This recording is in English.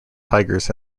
tigers